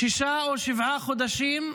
שישה או שבעה חודשים,